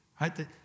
right